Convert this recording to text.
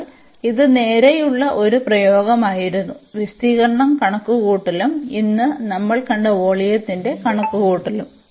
എന്നാൽ ഇത് നേരെയുള്ള ഒരു പ്രയോഗമായിരുന്നു വിസ്തീർണ്ണം കണക്കുകൂട്ടലും ഇന്ന് നമ്മൾ കണ്ട വോള്യത്തിന്റെ കണക്കുകൂട്ടലും